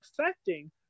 affecting